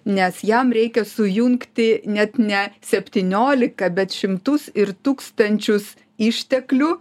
nes jam reikia sujungti net ne septyniolika bet šimtus ir tūkstančius išteklių